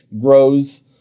grows